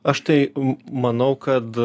aš tai manau kad